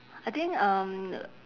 I think um